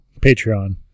Patreon